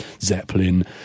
Zeppelin